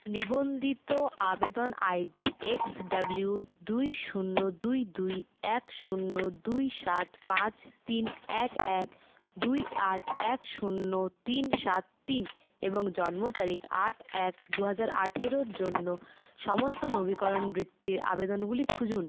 নিবন্ধিত আবেদন I D X W দুই শূন্য দুই দুই এক শূন্য দুই সেভেন ফাইভ থ্রি এক এক দুই আট এক শূন্য তিন সাত তিন এবং জন্ম তারিখ আট এক দু হাজার আঠারো এর জন্য সমস্ত নবীকরণ বৃত্তির আবেদনগুলো খুঁজুন